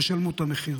ישלמו את המחיר.